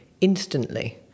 instantly